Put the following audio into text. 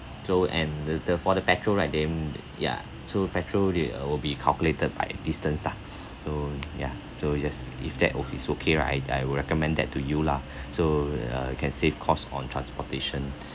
so and the the for the petrol right them ya so petrol they uh will be calculated by distance lah so ya so you just if that o~ it's okay right I I will recommend that to you lah so uh you can save cost on transportation